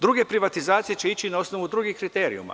Druge privatizacije će ići na osnovu drugih kriterijuma.